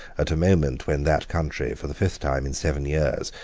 at a moment when that country, for the fifth time in seven years,